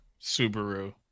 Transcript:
Subaru